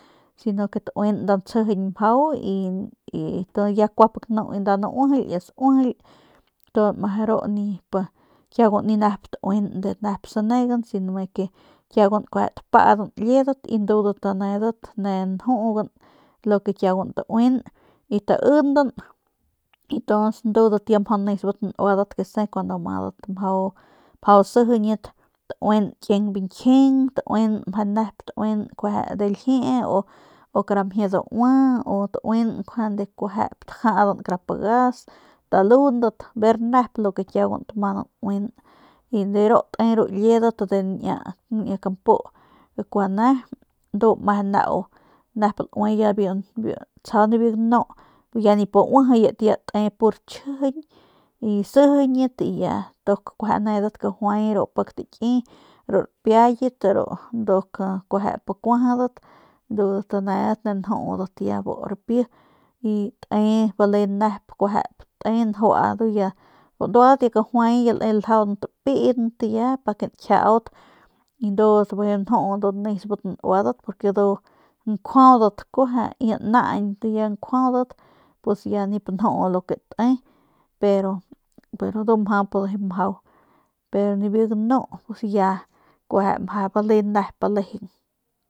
Si no ke tauin nda ntsijiñ mjau y y ya kuapik nu nda nauijily ya nda sauijily tu meje ru kiung ni nep taui ni nep sanegan si kiuguan kueje tapadan liedat y ndudat nedat ne njugan lo ke kiauguan taui y taindan y tuns ndudat ya mjau nesbat nuadat kese kuandu madat mjau sijiñat tauin kien biñkjiñ tauin meje nep kueje de ljie u kara mjie daua u taui kara tajadan kara pagas talundat ver nap lo ke kiaugun tamanan nuinan y de ru te ru liedat de niña kampu kua ne ndu meje nau nep laui ya tsjau nibiu ganu ya nip uijiyat ya te pur chjijiñ y sijiñat y ya nduk anedat kajuay ru pik taki ru rapiayat ru kueje nduk kuajadat nedat ne njudat ya bu ripi y te bale nep kuejep te njua ndu ya banduadat de kajuay ya le ljaunt pint ya pa ke njiaut y ndudat bijiy nju nesbat nuadat porque ndudat nkjuaudatkueje y ya naañ ya nkjuaudat pus ya nip nju lo ke te pero ndu mjap bijiy mjau.